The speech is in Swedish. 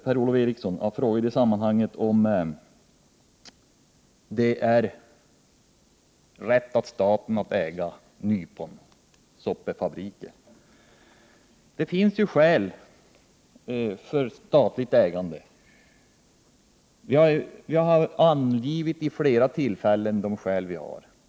Per-Ola Eriksson frågar i detta sammanhang om det är rätt av staten att äga nyponsoppfabriker. Det finns ju skäl för statligt ägande, och vi har vid flera tillfällen angivit dessa skäl.